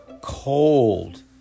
cold